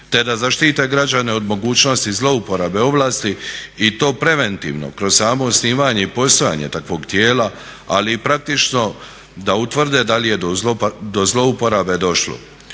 te da zaštite građane od mogućnosti zlouporabe ovlasti i to preventivno kroz samo osnivanje i postojanje takvog tijela, ali i praktično da utvrde da li je do zlouporabe došlo.